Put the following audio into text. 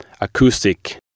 acoustic